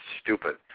stupid